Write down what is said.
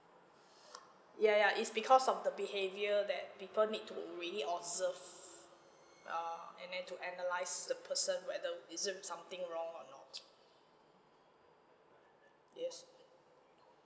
ya ya it's because of the behaviour that people need to really observe uh and then to analyse the person whether is it something wrong or not yes